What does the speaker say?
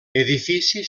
edifici